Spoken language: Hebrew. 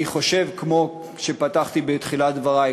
כמו שפתחתי בתחילת דברי,